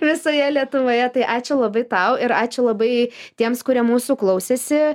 visoje lietuvoje tai ačiū labai tau ir ačiū labai tiems kurie mūsų klausėsi